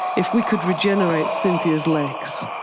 if we could regenerate cynthia's legs,